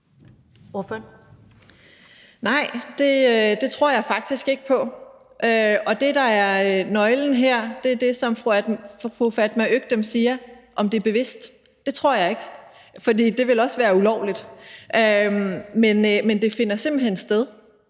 Nej, det tror jeg faktisk ikke på. Og det, der er nøglen her, er det, som fru Fatma Øktem siger, altså om det er bevidst. Det tror jeg ikke det er, for det ville også være ulovligt. Men det finder simpelt hen sted.